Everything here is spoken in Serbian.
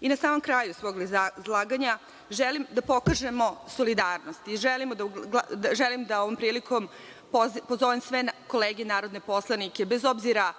Na samom kraju svog izlaganja, želim da pokažemo solidarnost i želim da ovom prilikom pozovem sve kolege narodne poslanike, bez obzira